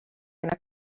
gonna